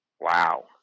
Wow